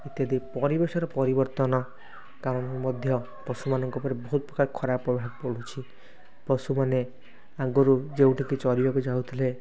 ଇତ୍ୟାଦି ପରିବେଶର ପରିବର୍ତ୍ତନ କାରଣରୁ ମଧ୍ୟ ପଶୁମାନଙ୍କ ଉପରେ ବହୁତ ପ୍ରକାର ଖରାପ ପ୍ରଭାବ ପଡ଼ୁଛି ପଶୁମାନେ ଆଗରୁ ଯେଉଁଠିକି ଚରିବାକୁ ଯାଉଥିଲେ